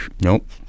Nope